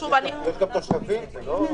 מצוין.